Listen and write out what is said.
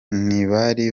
ntibari